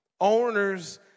Owners